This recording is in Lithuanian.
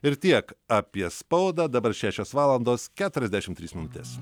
ir tiek apie spaudą dabar šešios valandos keturiasdešim trys minutes